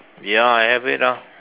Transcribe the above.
ya I have it ah